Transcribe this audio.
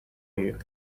you